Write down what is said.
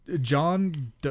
John